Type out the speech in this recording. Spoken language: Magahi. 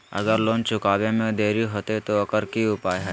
अगर लोन चुकावे में देरी होते तो ओकर की उपाय है?